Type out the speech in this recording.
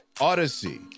Odyssey